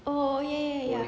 oh ya ya ya